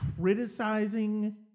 criticizing